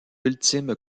ultime